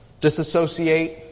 Disassociate